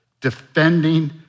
defending